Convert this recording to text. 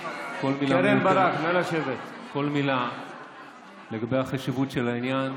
יואב סגלוביץ': כל מילה לגבי החשיבות של העניין,